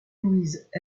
louise